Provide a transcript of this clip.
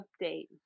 update